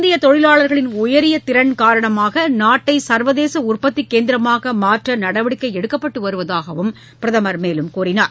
இந்திய தொழிலாளர்களின் உயரிய திறன் காரணமாக நாட்டை சர்வதேச உற்பத்தி கேந்திரமாக மாற்ற நடவடிக்கை எடுக்கப்பட்டு வருவதாகவும் பிரதமர் குறிப்பிட்டார்